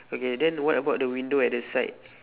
okay then what about the window at the side